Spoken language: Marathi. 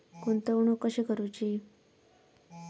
गुंतवणूक कशी करूची?